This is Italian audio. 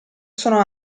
sono